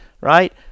Right